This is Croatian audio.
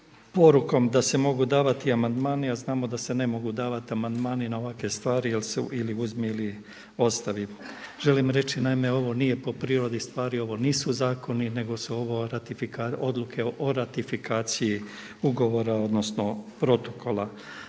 sa porukom da se mogu davati amandmani a znamo da se ne mogu davati amandmani na ovakve stvari jer su ili uzmi ili ostavi. Želim reći naime, ovo nije po prirodi stvari, ovo nisu zakoni nego su ovo odluke o ratifikaciji ugovora odnosno protokola.